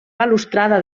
balustrada